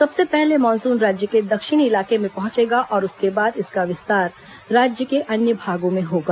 सबसे पहले मानसून राज्य के दक्षिणी इलाके में पहुंचेगा और उसके बाद इसका विस्तार राज्य के अन्य भागों में होगा